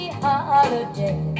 holiday